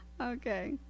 Okay